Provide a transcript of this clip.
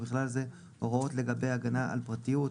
ובכלל זה הוראות לגבי הגנה על פרטיות,